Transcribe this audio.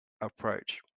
approach